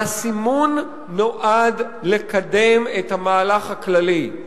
והסימון נועד לקדם את המהלך הכללי.